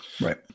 Right